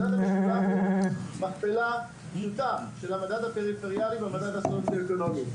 מדד המשולב הוא מכפלה פשוטה של המדד הפריפריאלי והמדד הסוציו-אקונומי,